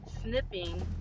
snipping